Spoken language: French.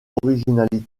originalité